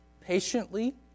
patiently